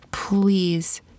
please